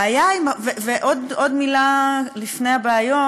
ועוד מילה, לפני הבעיות: